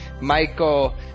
Michael